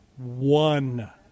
One